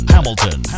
Hamilton